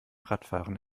radfahren